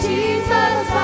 Jesus